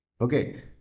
Okay